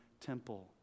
temple